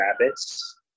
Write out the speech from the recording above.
Rabbits